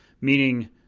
meaning